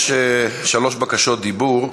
יש שלוש בקשות דיבור.